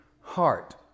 heart